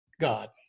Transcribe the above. God